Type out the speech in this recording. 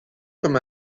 comme